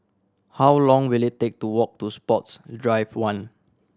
how long will it take to walk to Sports Drive One